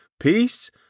Peace